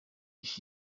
ich